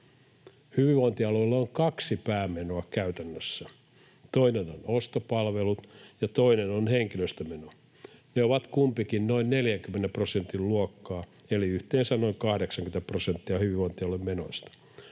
Hyvinvointialueilla on käytännössä kaksi päämenoa: toinen on ostopalvelut ja toinen on henkilöstömenot. Ne ovat kumpikin noin 40 prosentin luokkaa eli yhteensä noin 80 prosenttia hyvinvointialueen menoista.